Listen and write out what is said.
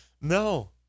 No